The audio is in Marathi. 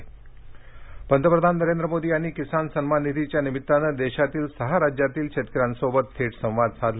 लातर शेतकरी पंतप्रधान नरेंद्र मोदी यांनी किसान सन्मान निधीच्या निमित्ताने देशातील सहा राज्यातील शेतकऱ्यांसोबत थेट संवाद साधला